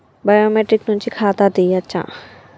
Biometric నుంచి ఖాతా తీయచ్చా?